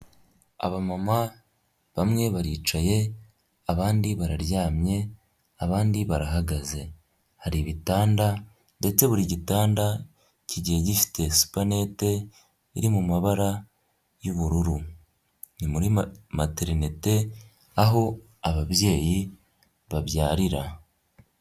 Abamama bamwe baricaye abandi bararyamye abandi barahagaze, hari ibitanda ndetse buri gitanda kigiye gifite supanete iri mu mabara y'ubururu, ni muri materinete aho ababyeyi babyarira.